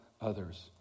others